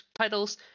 titles